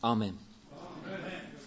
Amen